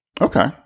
okay